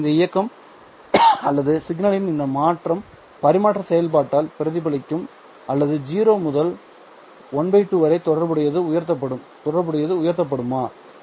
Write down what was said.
ஆனால் இந்த இயக்கம் அல்லது சிக்னலின் இந்த மாற்றம் பரிமாற்ற செயல்பாட்டால் பிரதிபலிக்கும் அல்லது 0 முதல் ½ வரை தொடர்புடையது உயர்த்தப்படுமா